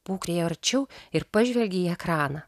pū priėjo arčiau ir pažvelgė į ekraną